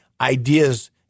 ideas